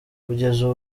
kugeza